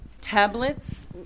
tablets